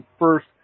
first